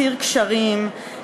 עתיר קשרים,